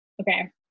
Okay